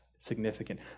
significant